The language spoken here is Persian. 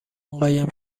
قایم